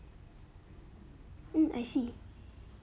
hmm I see